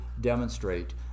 demonstrate